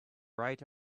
right